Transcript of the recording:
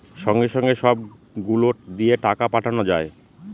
সঙ্গে সঙ্গে সব গুলো দিয়ে টাকা পাঠানো যায়